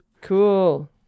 cool